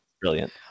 Brilliant